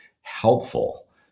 helpful